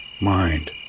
mind